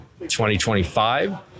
2025